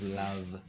love